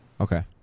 Okay